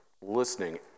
listening